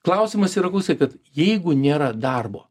klausimas yra klausai kad jeigu nėra darbo